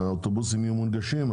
ברגע שהאוטובוסים יהיו מונגשים,